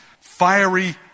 fiery